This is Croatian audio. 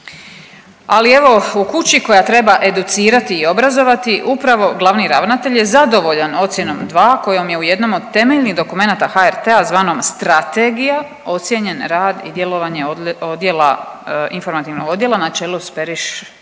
ali evo u kući koja treba educirati i obrazovati upravo glavni ravnatelj je zadovoljan ocjenom dva kojom je u jednom od temeljnih dokumenata HRT-u zvanom strategija ocijenjen rad i djelovanje Informativnog odjela na čelu s Periša